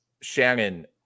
Shannon